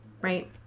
right